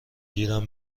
گیرم